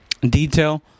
detail